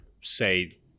say